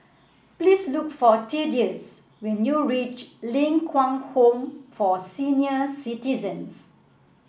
please look for Thaddeus when you reach Ling Kwang Home for Senior Citizens